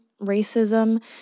racism